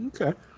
Okay